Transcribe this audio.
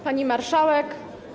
Pani Marszałek!